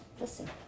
Listen